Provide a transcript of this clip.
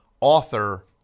author